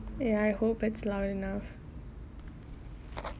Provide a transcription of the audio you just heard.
ya I hope it's loud enough